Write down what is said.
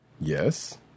Yes